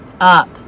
up